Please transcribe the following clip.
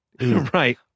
Right